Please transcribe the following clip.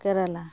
Kerala